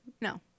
No